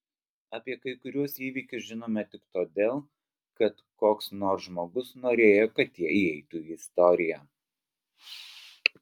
apie kai kuriuos įvykius žinome tik todėl kad koks nors žmogus norėjo kad jie įeitų į istoriją